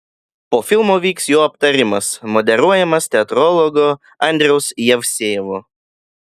po filmo vyks jo aptarimas moderuojamas teatrologo andriaus jevsejevo